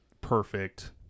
perfect